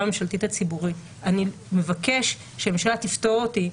הממשלתית הציבורית והוא מבקש שהממשלה תפטור אותו,